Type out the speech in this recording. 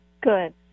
good